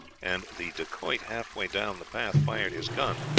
and the dacoit halfway down the path fired his gun.